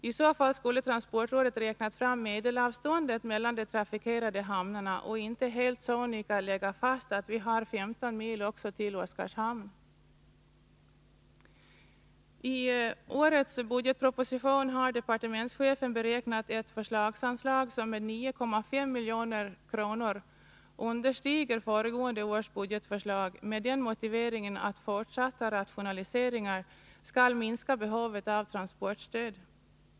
I så fall skulle transportrådet ha räknat fram medelavståndet mellan de trafikerade hamnarna och inte helt sonika ha lagt fast att vi har 15 mil också till Oskarshamn! I årets budgetproposition har departementschefen beräknat ett förslagsanslag som med 9,5 milj.kr. understiger föregående års budgetförslag, med den motiveringen att fortsatta rationaliseringar skall minska behovet av transportstöd.